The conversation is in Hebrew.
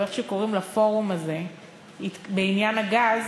או איך שקוראים לפורום הזה בעניין הגז,